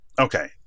okay